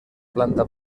planta